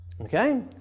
Okay